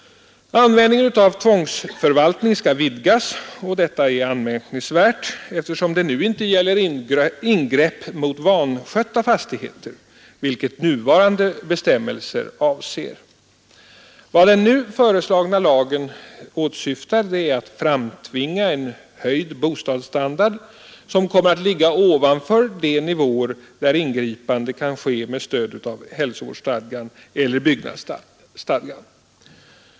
Användningen av tvångsförvaltning skall vidgas. Detta är anmärkningsvärt, eftersom det nu inte gäller ingrepp mot vanskötta fastigheter, vilket nuvarande bestämmelser avser. Vad den nu föreslagna lagen åsyftar är att framtvinga en höjd bostadsstandard, som kommer att ligga ovanför de nivåer där ingripande kan ske med stöd av hälsovårdsstadgan eller byggnadsstadgan.